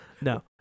No